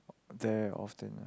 there often